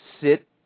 sit